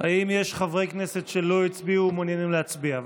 האם יש חברי כנסת שלא הצביעו ומעוניינים להצביע?